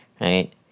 right